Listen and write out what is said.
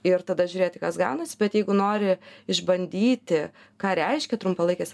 ir tada žiūrėti kas gaunasi bet jeigu nori išbandyti ką reiškia trumpalaikės